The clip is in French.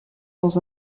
dans